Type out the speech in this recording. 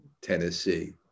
Tennessee